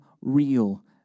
real